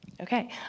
Okay